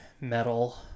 metal